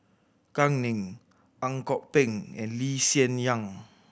Gao Ning Ang Kok Peng and Lee Hsien Yang